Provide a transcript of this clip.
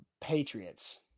Patriots